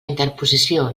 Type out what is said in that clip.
interposició